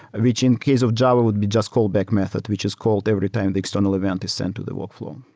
which in case of java would be just callback method, which is called every time the external event is sent to the workflow.